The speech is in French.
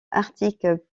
articles